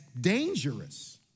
dangerous